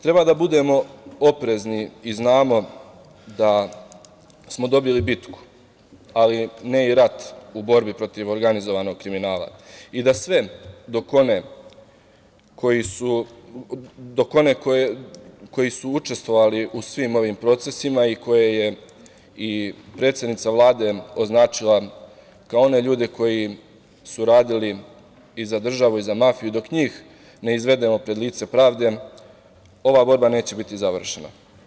Treba da budemo oprezni i znamo da smo dobili bitku, ali ne i rat u borbi protiv organizovanog kriminala i da sve dokone koji su učestvovali u svim ovim procesima i koje je i predsednica Vlade označila kao one ljude koji su radili i za državu i za mafiju, dok njih ne izvedemo pred lice pravde, ova borba neće biti završena.